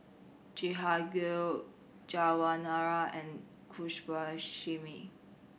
Jehangirr Jawaharlal and Subbulakshmi